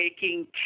taking